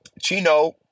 Chino